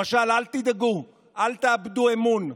למשל: אל תדאגו, אל תאבדו אמון,